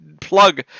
plug